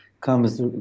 comes